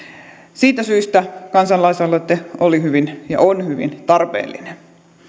siitä syystä kansalaisaloite oli ja on hyvin tarpeellinen